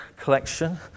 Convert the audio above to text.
collection